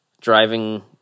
driving